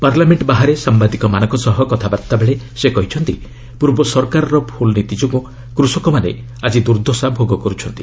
parliament ବାହାରେ ସାମ୍ଭାଦିକମାନଙ୍କ ସହ କଥାବାର୍ତ୍ତା ବେଳେ ସେ କହିଛନ୍ତି ପୂର୍ବ ସରକାରର ଭୁଲ୍ ନୀତି ଯୋଗୁଁ କୃଷକମାନେ ଆକି ଦୁର୍ଦ୍ଦଶା ଭୋଗ କରୁଛନ୍ତି